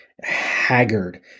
haggard